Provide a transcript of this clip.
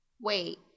Wait